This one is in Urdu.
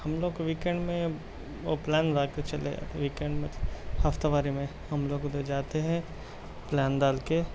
ہم لوگ ویکینڈ میں اوکلان باغ کو چلے جاتے ویکینڈ میں ہفتہ واری میں ہم لوگ ادھر جاتے ہیں پلان ڈال کے